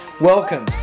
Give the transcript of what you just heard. Welcome